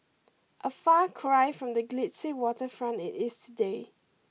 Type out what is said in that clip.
a far cry from the glitzy waterfront it is today